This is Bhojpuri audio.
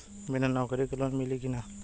बिना नौकरी के लोन मिली कि ना?